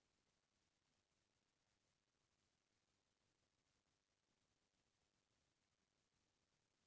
बौछारी विधि ले सिंचाई के का फायदा हे अऊ कोन फसल बर बढ़िया होथे?